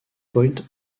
point